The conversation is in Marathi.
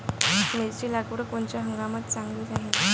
मिरची लागवड कोनच्या हंगामात चांगली राहीन?